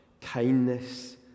kindness